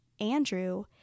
Andrew